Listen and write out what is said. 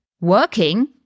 working